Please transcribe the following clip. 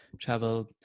travel